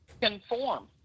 conform